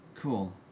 Cool